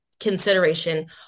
consideration